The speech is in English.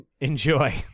Enjoy